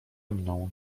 mną